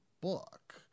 book